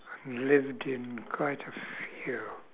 lived in quite a few